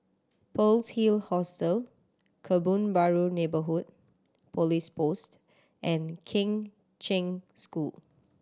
Pearl's Hill Hostel Kebun Baru Neighbourhood Police Post and Kheng Cheng School